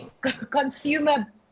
consumer